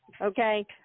Okay